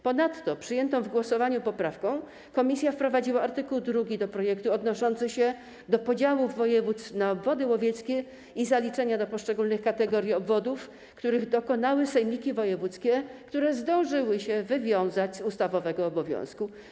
Ponadto przyjętą w głosowaniu poprawką komisja wprowadziła do projektu art. 2, odnoszący się do podziałów województw na obwody łowieckie i zaliczenia do poszczególnych kategorii obwodów, których dokonały sejmiki wojewódzkie, które zdążyły się wywiązać z ustawowego obowiązku.